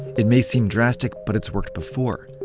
it may seem drastic but it's worked before.